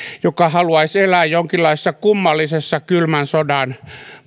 joka haluaisi elää jonkinlaisessa kummallisessa kylmän sodan